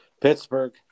Pittsburgh